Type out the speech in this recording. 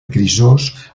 grisós